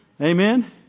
Amen